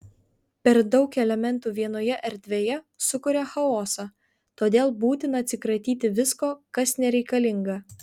per daug elementų vienoje erdvėje sukuria chaosą todėl būtina atsikratyti visko kas nereikalinga